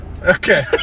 Okay